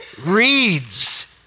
reads